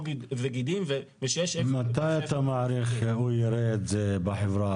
וגידים ושיש איפה --- מתי אתה מעריך שהוא יראה את זה בחברה הערבית?